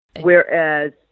Whereas